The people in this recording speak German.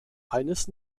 eines